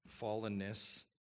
fallenness